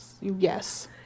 Yes